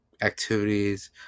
activities